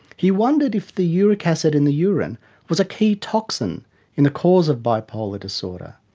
he wondered if the uric acid in the urine was a key toxin in the cause of bipolar disorder.